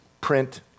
print